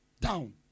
down